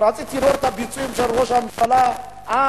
רציתי לראות את הביצועים של ראש הממשלה היום,